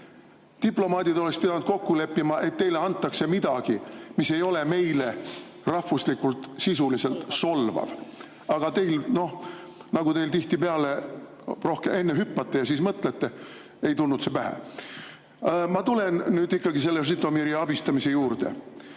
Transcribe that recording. Diplomaadid oleks pidanud kokku leppima, et teile antakse midagi, mis ei ole meile rahvuslikult sisuliselt solvav. Aga teil – nagu teil tihtipeale, enne hüppate ja siis mõtlete – ei tulnud see pähe. Ma tulen nüüd ikkagi selle Žõtomõri abistamise juurde.